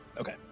Okay